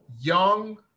young